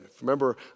Remember